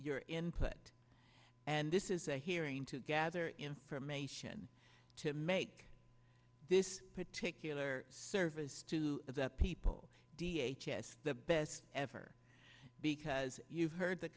your input and this is a hearing to gather information to make this particular service to the people d h s s the best ever because you've heard th